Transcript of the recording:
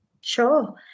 sure